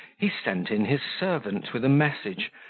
he sent in his servant with a message,